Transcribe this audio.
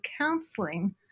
counseling